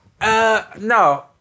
No